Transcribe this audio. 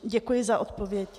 Děkuji za odpověď.